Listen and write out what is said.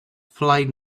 fly